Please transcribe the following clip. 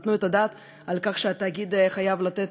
נתנו את הדעת על כך שהתאגיד חייב לתת